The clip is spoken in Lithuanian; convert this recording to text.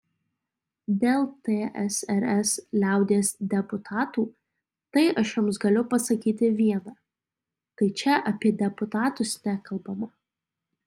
dėl tsrs liaudies deputatų tai aš jums galiu pasakyti viena tai čia apie deputatus nekalbama